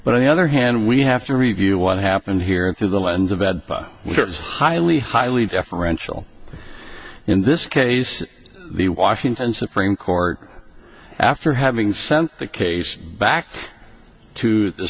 i other hand we have to review what happened here and through the lens of ed highly highly deferential in this case the washington supreme court after having sent the case back to the